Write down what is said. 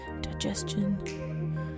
digestion